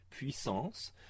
puissance